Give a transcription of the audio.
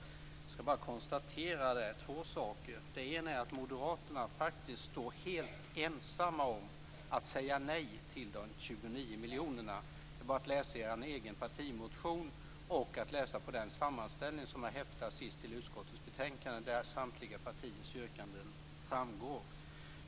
Jag kan bara konstatera två saker. Det ena är att Moderaterna faktiskt är helt ensamma om att säga nej till de 29 miljonerna. Det är bara att läsa er egen partimotion och den sammanställning som är häftad sist till utskottets betänkande, där samtliga partiers yrkanden framgår.